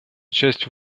частью